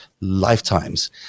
lifetimes